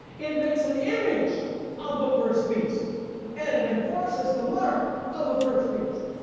it makes an image of the first beast and it enforces the mark of the first beast.